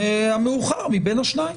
המאוחר מבין השניים.